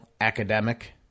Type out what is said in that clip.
academic